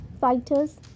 fighters